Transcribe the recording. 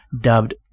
dubbed